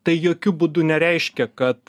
tai jokiu būdu nereiškia kad